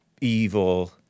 evil